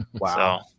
Wow